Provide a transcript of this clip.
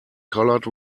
colored